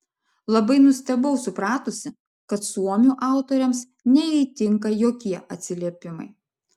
labai nustebau supratusi kad suomių autoriams neįtinka jokie atsiliepimai